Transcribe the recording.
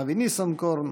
אבי ניסנקורן,